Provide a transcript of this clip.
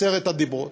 עשרת הדיברות.